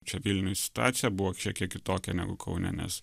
čia vilniuj situacija buvo kiek kitokia negu kaune nes